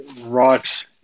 right